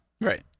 Right